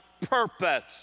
purpose